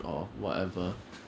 也是